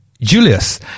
Julius